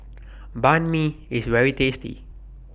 Banh MI IS very tasty